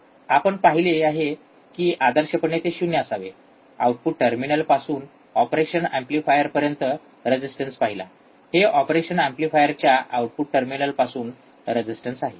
आपण पाहिले आहे की आदर्शपणे ते शून्य ० असावे आउटपुट टर्मिनलपासून ऑपरेशन एम्पलीफायरपर्यंत रेजिस्टन्स पाहिला हे ऑपरेशनल एम्प्लीफायरच्या आउटपुट टर्मिनलपासून रेजिस्टन्स आहे